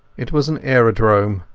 it was an aerodrome,